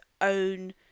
own